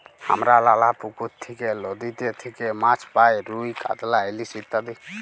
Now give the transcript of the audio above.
হামরা লালা পুকুর থেক্যে, লদীতে থেক্যে মাছ পাই রুই, কাতলা, ইলিশ ইত্যাদি